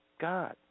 God